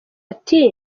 ati